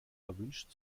erwünscht